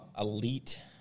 elite